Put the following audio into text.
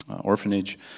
orphanage